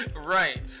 Right